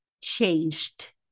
changed